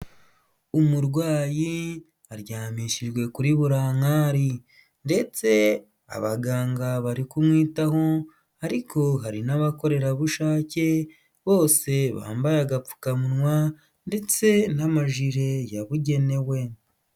Umurwayi aryamishijwe kuri burankari ndetse abaganga bari kumwitaho ariko hari n'abakorerabushake bose bambaye agapfukamunwa ndetse n'amajire yabugenewe.